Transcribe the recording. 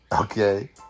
okay